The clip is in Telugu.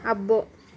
అబ్బో